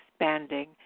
expanding